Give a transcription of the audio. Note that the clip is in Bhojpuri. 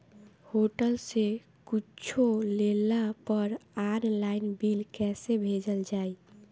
होटल से कुच्छो लेला पर आनलाइन बिल कैसे भेजल जाइ?